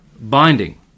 binding